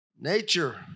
Nature